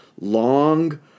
long